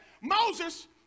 Moses